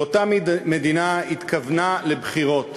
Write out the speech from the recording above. ואותה מדינה התכוננה לבחירות,